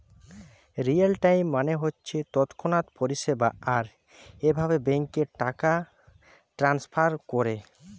real time মানে হচ্ছে তৎক্ষণাৎ পরিষেবা আর এভাবে ব্যাংকে টাকা ট্রাস্নফার কোরে